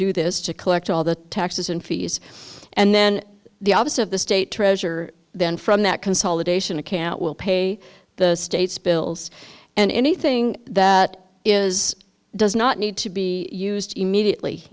do this to collect all the taxes and fees and then the office of the state treasurer then from that consolidation account will pay the state's bills and anything that is does not need to be used immediately